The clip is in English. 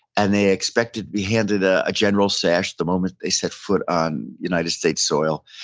and they expected to be handed ah a general's sash the moment they set foot on united states soil.